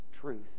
truth